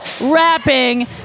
rapping